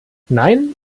nein